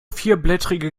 vierblättrige